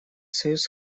союз